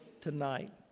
tonight